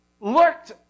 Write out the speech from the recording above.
looked